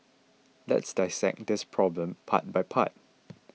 let's dissect this problem part by part